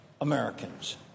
Americans